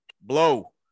Blow